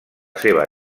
seva